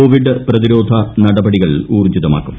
Covid പ്രതിരോധ നടപടികൾ ഊർജ്ജിതമാക്കും